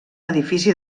edifici